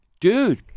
dude